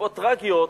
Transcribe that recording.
בנסיבות טרגיות,